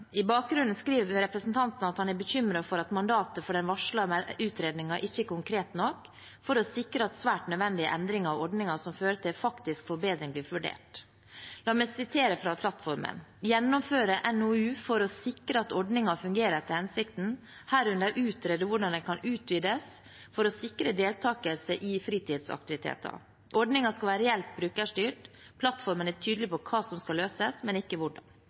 I bakgrunnen for forslaget skriver representanten at han er bekymret for at mandatet for den varslede utredningen ikke er konkret nok for å sikre at svært nødvendige endringer av ordningen som fører til faktisk forbedring, blir vurdert. La meg sitere fra plattformen: «Gjennomføre en NOU for å sikre at ordningen fungerer etter hensikten, herunder utrede hvordan den kan utvides for å sikre deltagelse i fritidsaktiviteter. Ordningen skal være reelt brukerstyrt.» Plattformen er tydelig på hva som skal løses, men ikke hvordan.